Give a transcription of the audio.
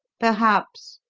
perhaps,